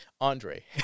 Andre